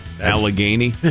Allegheny